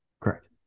Correct